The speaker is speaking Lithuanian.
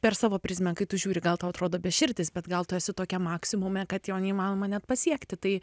per savo prizmę kai tu žiūri gal tau atrodo beširdis bet gal tu esi tokiam maksimume kad jo neįmanoma net pasiekti tai